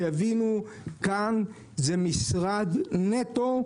שיבינו כאן זה משרד נטו,